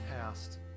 past